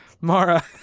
mara